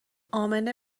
امنه